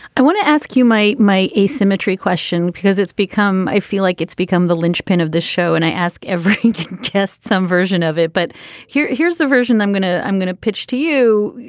i want to ask you my my asymmetry question, because it's become i feel like it's become the linchpin of this show and i ask every test, some version of it. but here, here's the version i'm going to i'm going to pitch to you.